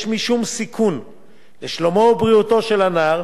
משום סיכון לשלומו או בריאותו של נער,